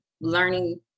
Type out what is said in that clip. learning